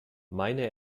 meine